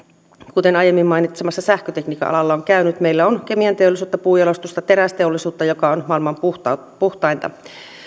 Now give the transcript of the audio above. kuten aiemmin mainitulla sähkötekniikan alalla on käynyt meillä on kemianteollisuutta puunjalostusta terästeollisuutta joka on maailman puhtainta